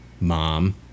Mom